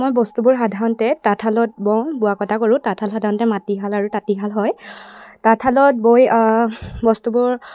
মই বস্তুবোৰ সাধাৰণতে তাঁতশালত বওঁ বোৱা কটা কৰোঁ তাঁতশাল সাধাৰণতে মাটিশাল আৰু তাঁতিশাল হয় তাঁতশালত বৈ বস্তুবোৰ